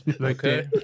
Okay